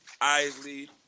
Isley